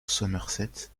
somerset